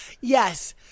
Yes